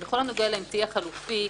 בכל הנוגע לאמצעי החלופי,